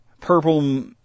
purple